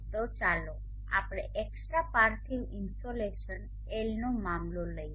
તો ચાલો આપણે એક્સ્ટ્રા પાર્થિવ ઇન્સોલેશન Lનો મામલો લઈએ